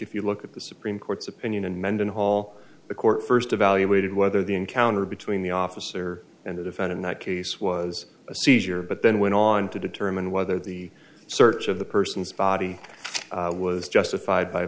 if you look at the supreme court's opinion and mendenhall the court first evaluated whether the encounter between the officer and the defendant that case was a seizure but then went on to determine whether the search of the person's body was justified by